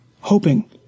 hoping